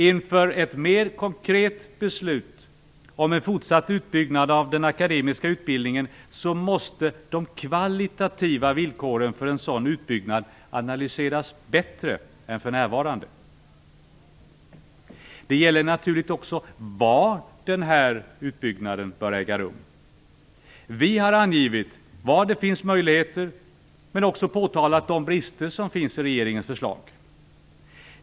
Inför ett mer konkret beslut om en fortsatt utbyggnad av den akademiska utbildningen måste de kvalitativa villkoren för en sådan utbyggnad analyseras bättre än för närvarande. Det gäller naturligtvis också var denna utbyggnad bör äga rum. Vi har angivit var det finns möjligheter, men också påtalat de brister som finns i regeringens förslag.